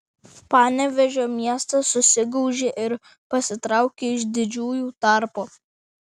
panevėžio miestas susigaužė ir pasitraukė iš didžiųjų tarpo